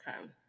Okay